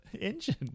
engine